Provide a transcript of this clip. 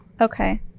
Okay